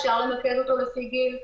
אפשר למקד אותו לפי גיל,